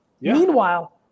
Meanwhile